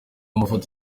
amafoto